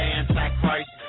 Antichrist